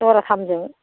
जराथामजों